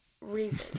reason